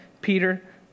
Peter